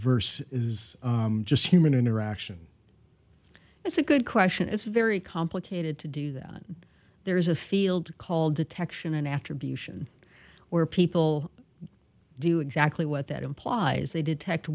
verse is just human interaction that's a good question it's very complicated to do that there is a field called detection an attribution where people do exactly what that implies they detect